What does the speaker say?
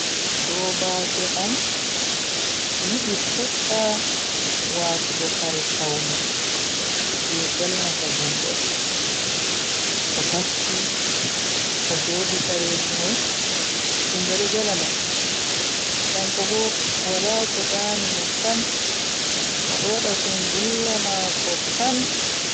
Sobaajo am yidi fudda watugo kare pawne je jalnata himbe, o taski o sodi kareji mai himbe do jala mo. Kanko bo wala ko dami mo sam odo wada sungulla mako tan.